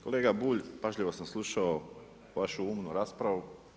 Kolega Bulj pažljivo sam slušao vašu umnu raspravu.